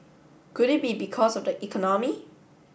could it be because of the economy